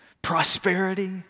Prosperity